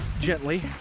gently